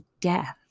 death